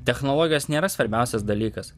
technologijos nėra svarbiausias dalykas